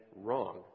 wrong